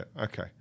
okay